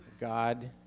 God